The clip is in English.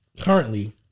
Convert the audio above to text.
currently